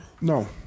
No